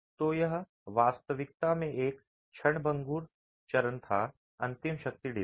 तो यह वास्तविकता में एक क्षणभंगुर चरण था अंतिम शक्ति डिजाइन